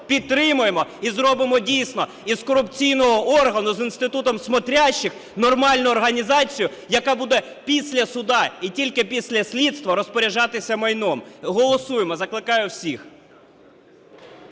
підтримуємо і зробимо, дійсно, із корупційного органу з "інститутом смотрящих" нормальну організацію, яка буде після суду і тільки після слідства розпоряджатися майном. Голосуємо, закликаю всіх.